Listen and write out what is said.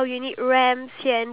ya